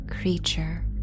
creature